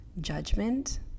judgment